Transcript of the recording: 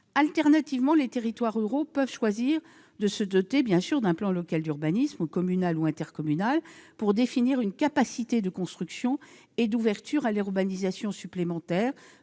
Autrement, les territoires ruraux peuvent choisir de se doter d'un plan local d'urbanisme, communal ou intercommunal, pour définir une capacité de construction et d'ouverture à l'urbanisation supplémentaire,